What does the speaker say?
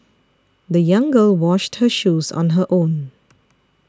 the young girl washed her shoes on her own